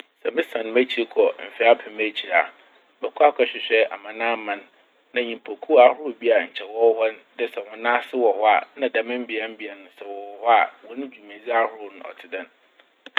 Sɛ mesan m'ekyir kɔ mfe apem ekyir a, mokɔ akɔhwehwɛ aman aman na nyimpakuw ahorow bi a nkyɛ wɔwɔ hɔ n' dɛ wɔn ase wɔ hɔ a. Na dɛm mbeabea n' wɔwɔ hɔ a, hɔn dwumadzi ahorow no ɔtse dɛn.